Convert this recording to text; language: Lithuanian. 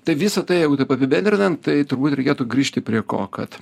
tai visa tai jeigu taip apibendrinant tai turbūt reikėtų grįžti prie ko kad